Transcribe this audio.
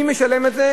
מי משלם את זה?